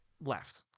left